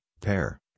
pair